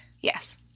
Yes